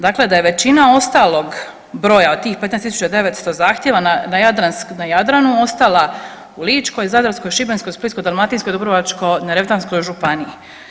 Dakle, da je većina ostalog broja od tih 15 900 zahtjeva na Jadranu ostala u Ličkoj, Zadarskoj, Šibenskoj, Splitsko-dalmatinskoj, Dubrovačko-neretvanskoj županiji.